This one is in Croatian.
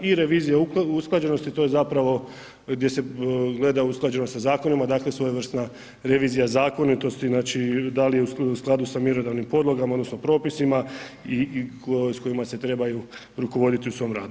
I revizija usklađenosti, to je zapravo gdje se gleda usklađenost sa zakonima, dakle svojevrsna revizija zakonitosti, znači da li je u skladu sa mjerodavnim podlogama, odnosno propisima i s kojima se trebaju rukovoditi u svom radu.